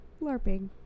LARPing